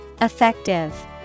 Effective